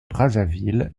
brazzaville